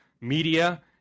media